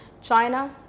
China